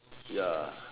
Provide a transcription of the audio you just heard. ya